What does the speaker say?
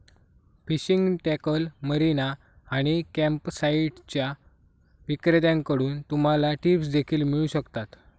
fishing tackle, marina आणि कॅम्पसाइट्सच्या विक्रेत्यांकडून तुम्हाला टिप्स देखील मिळू शकतात